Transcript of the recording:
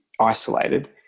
isolated